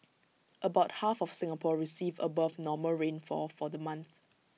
about half of Singapore received above normal rainfall for the month